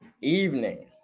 evening